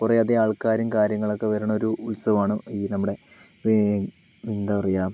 കുറെയധികം ആൾക്കാരും കാര്യങ്ങളൊക്കെ വരുന്ന ഒരു ഉത്സവമാണ് ഈ നമ്മുടെ എന്താ പറയുക